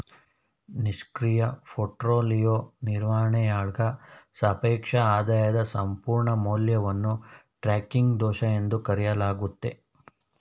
ನಿಷ್ಕ್ರಿಯ ಪೋರ್ಟ್ಫೋಲಿಯೋ ನಿರ್ವಹಣೆಯಾಳ್ಗ ಸಾಪೇಕ್ಷ ಆದಾಯದ ಸಂಪೂರ್ಣ ಮೌಲ್ಯವನ್ನು ಟ್ರ್ಯಾಕಿಂಗ್ ದೋಷ ಎಂದು ಕರೆಯಲಾಗುತ್ತೆ